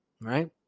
right